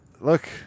Look